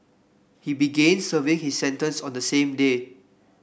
he began serving his sentence on the same day